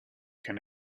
can